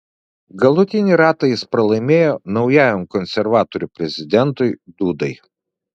galutinį ratą jis pralaimėjo naujajam konservatorių prezidentui dudai